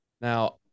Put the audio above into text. Now